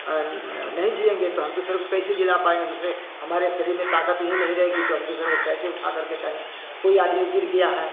नहीं जिएँगे तो हम दूसरे को कैसे जिला पाएँगे दूसरे हमारे शरीर में ताकत ही नहीं रहेगी तो आप दूसरे को कैसे उठा करके कहीं कोई आदमी गिर गिया है